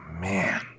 man